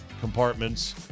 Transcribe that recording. compartments